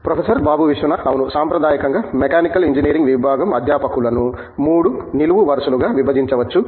professor Babu Vishwanath అవును సాంప్రదాయకంగా mechanical engineering విభాగం అధ్యాపకులను 3 నిలువు వరుసలుగా విభజించవచ్చు